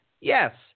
yes –